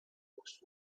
most